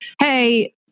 Hey